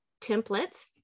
templates